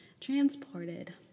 transported